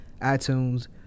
iTunes